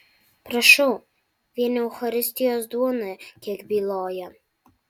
prašau vien eucharistijos duona kiek byloja